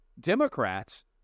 Democrats